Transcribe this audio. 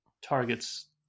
targets